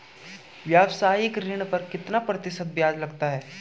व्यावसायिक ऋण पर कितना प्रतिशत ब्याज लगता है?